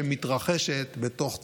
שמתרחשת בתוך צה"ל,